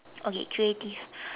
okay creative